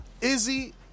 Izzy